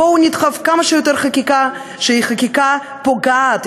בואו נדחף כמה שיותר חקיקה שהיא חקיקה פוגעת,